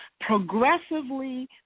Progressively